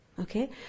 Okay